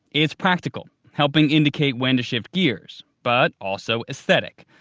it's practical, helping indicate when to shift gears, but also aesthetic.